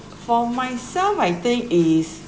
for myself I think is